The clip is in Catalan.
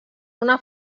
una